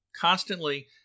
constantly